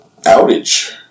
outage